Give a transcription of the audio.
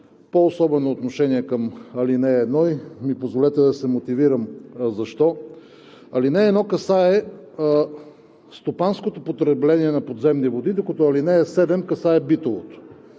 по-особено отношение към ал. 1 и ми позволете да се мотивирам защо. Алинея 1 касае стопанското потребление на подземни води, докато ал. 7 касае битовото.